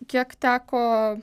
kiek teko